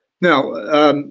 now